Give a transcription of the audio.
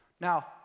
Now